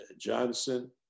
Johnson